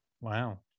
wow